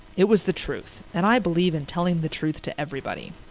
it was the truth and i believe in telling the truth to everybody.